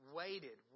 waited